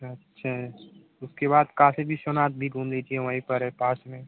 अच्छा उसके बाद काशी विश्वनाथ भी घूम लीजिए वहीं पर है पास में